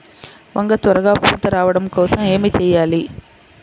వంగ త్వరగా పూత రావడం కోసం ఏమి చెయ్యాలి?